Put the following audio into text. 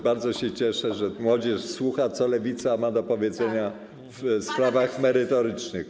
Bardzo się cieszę, że młodzież słucha, co Lewica ma do powiedzenia w sprawach merytorycznych.